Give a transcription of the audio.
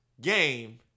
game